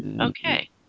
Okay